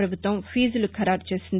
ప్రపభుత్వం ఫీజులు ఖరారుచేసింది